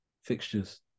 fixtures